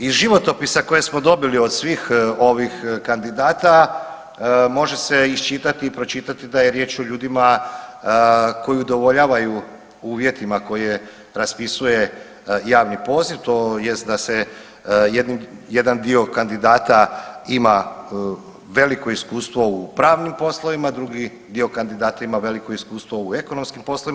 Iz životopisa koje smo dobili od svih ovih kandidata može se iščitati i pročitati da je riječ o ljudima koji udovoljavaju uvjetima koje raspisuje javni poziv tj. da se jedan dio kandidata ima veliko iskustvo u pravnim poslovima, drugi dio kandidata ima veliko iskustvo u ekonomskim poslovima.